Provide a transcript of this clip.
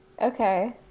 Okay